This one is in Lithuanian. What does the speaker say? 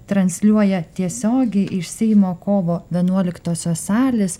transliuoja tiesiogiai iš seimo kovo vienuoliktosios salės